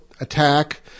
attack